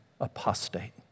apostate